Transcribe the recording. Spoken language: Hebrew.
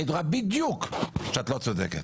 היית רואה בדיוק שאת לא צודקת.